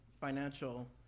financial